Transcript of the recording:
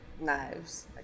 knives